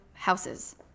houses